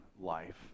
life